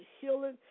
healing